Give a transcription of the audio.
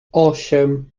osiem